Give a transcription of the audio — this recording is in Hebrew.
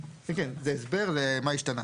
וזה לא נמצא בחומר שמפרסמת הוועדה.